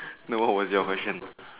no what was your question